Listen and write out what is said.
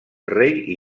rei